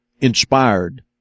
inspired